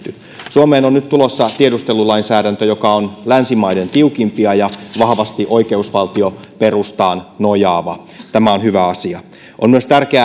suomeen on nyt tulossa tiedustelulainsäädäntö joka on länsimaiden tiukimpia ja vahvasti oikeusvaltioperustaan nojaava tämä on hyvä asia on myös tärkeää että